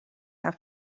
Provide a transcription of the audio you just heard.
have